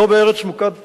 לא בארץ מוכת בצורת.